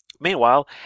Meanwhile